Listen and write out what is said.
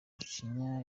gacinya